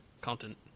content